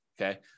Okay